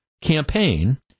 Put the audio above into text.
campaign